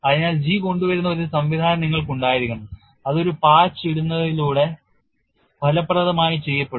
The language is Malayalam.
അതിനാൽ G കൊണ്ടുവരുന്ന ഒരു സംവിധാനം നിങ്ങൾക്ക് ഉണ്ടായിരിക്കണം അത് ഒരു പാച്ച് ഇടുന്നതിലൂടെ ഫലപ്രദമായി ചെയ്യപ്പെടും